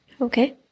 Okay